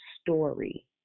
story